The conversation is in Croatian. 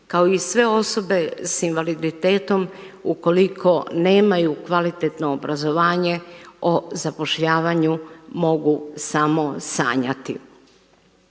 kao i sve osobe sa invaliditetom ukoliko nemaju kvalitetno obrazovanju o zapošljavanju mogu samo sanjati.